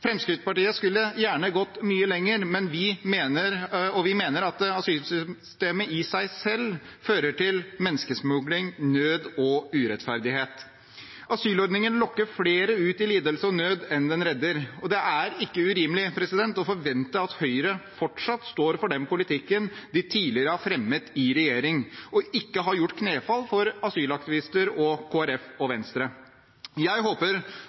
Fremskrittspartiet skulle gjerne gått mye lenger. Vi mener at asylsystemet i seg selv fører til menneskesmugling, nød og urettferdighet. Asylordningen lokker flere ut i lidelse og nød enn den redder, og det er ikke urimelig å forvente at Høyre fortsatt står for den politikken de tidligere har fremmet i regjering, og ikke har gjort knefall for asylaktivister, Kristelig Folkeparti og Venstre. Jeg håper